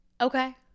Okay